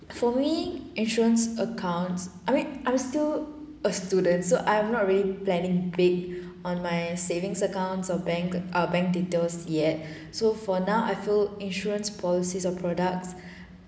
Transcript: for me insurance accounts I mean I'm still a student so I'm not really planning big on my savings accounts or bank ah bank details yet so for now I feel insurance policies or products